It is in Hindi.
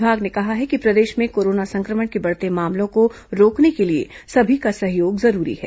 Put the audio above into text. विभाग ने कहा है कि प्रदेश में कोरोना संक्रमण के बढ़ते मामलों को रोकने के लिए सभी का सहयोग जरूरी है